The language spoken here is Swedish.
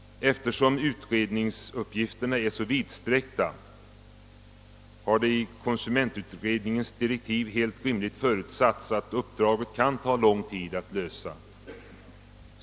Eftersom utredningsuppgifterna är så vidsträckta, har det i konsumentutredningens direktiv helt rimligt förutsatts att det kan ta lång tid att fullgöra uppdraget.